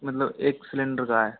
मतलब एक सिलेंडर का है